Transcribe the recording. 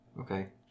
Okay